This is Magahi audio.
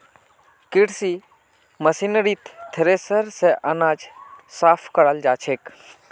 कृषि मशीनरीत थ्रेसर स अनाज साफ कराल जाछेक